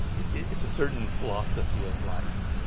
it's a certain philosophy of life